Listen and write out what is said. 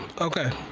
okay